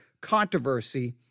controversy